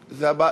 פה?